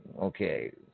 Okay